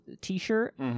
t-shirt